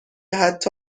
حتی